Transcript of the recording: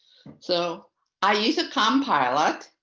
so i use a com pilot.